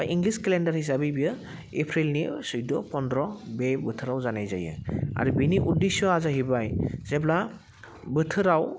बा English calendar हिसाबै बियो एप्रिलनि सैद' फन्द्र बे बोथोराव जानाय जायो आरो बेनि उदेस्स'वा जाहैबाय जेब्ला बोथोराव